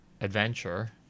adventure